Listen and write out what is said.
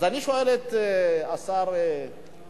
אז אני שואל את השר שלום: